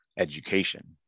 education